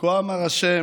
"כה אמר ה',